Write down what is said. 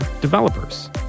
developers